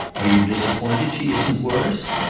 are you disappointed she isn't worse?